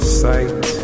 sight